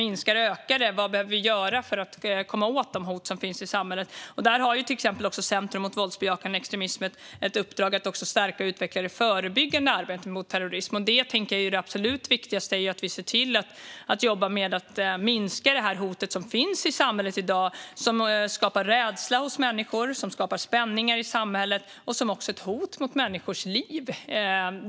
Minskar eller ökar det, och vad behöver vi göra för att komma åt de hot som finns i samhället? Center mot våldsbejakande extremism har ett uppdrag att stärka och utveckla det förebyggande arbetet mot terrorism, och jag tänker att det absolut viktigaste är att vi jobbar med att minska hotet som finns i samhället i dag som skapar rädsla hos människor och spänningar i samhället och som också är ett hot mot människors liv.